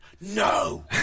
no